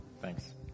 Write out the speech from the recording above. Thanks